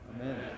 Amen